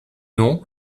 nom